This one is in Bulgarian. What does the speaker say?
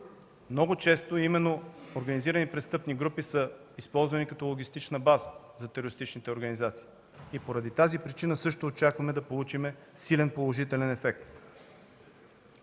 Много често именно организирани престъпни групи са използвани като логистична база за терористичните организации и поради тази причина също очакваме да получим силен положителен ефект.